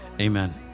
Amen